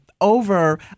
over